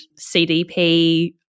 CDP